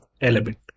element